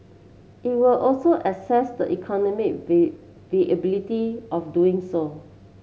it will also assess the economic viability of doing so